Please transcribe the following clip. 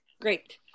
great